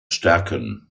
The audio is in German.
stärken